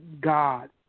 God